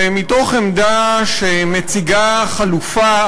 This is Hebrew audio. זה מתוך עמדה שמציגה חלופה,